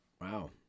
wow